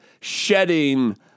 shedding